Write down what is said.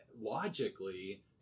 Logically